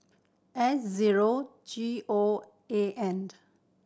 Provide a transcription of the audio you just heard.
S zero G O A and